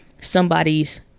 somebody's